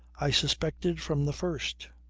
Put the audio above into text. i suspected from the first.